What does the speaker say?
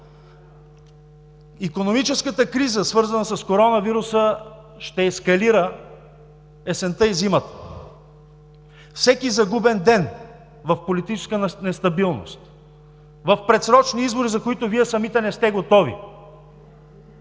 икономическата криза, свързана с коронавируса, ще ескалира есента и зимата. Всеки загубен ден в политическа нестабилност, в предсрочни избори, за които Вие самите не сте готови,